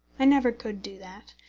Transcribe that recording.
i never could do that.